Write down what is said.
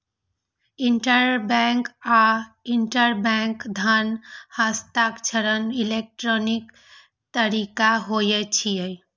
interbank आ intrabank धन हस्तांतरण इलेक्ट्रॉनिक तरीका होइ छै